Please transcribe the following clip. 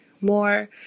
more